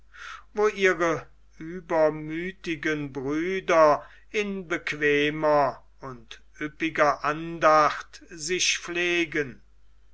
wo ihre übermüthigen brüder in bequemer und üppiger andacht sich pflegen